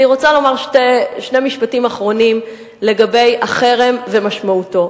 אני רוצה לומר שני משפטים אחרונים לגבי החרם ומשמעותו.